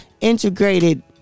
integrated